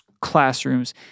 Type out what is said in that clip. classrooms